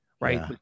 Right